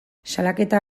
salaketa